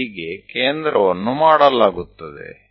તો મધ્યબિંદુ પૂરું થયું